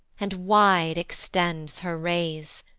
and wide extends her rays,